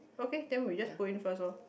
okay then we just put in first lor